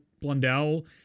Blundell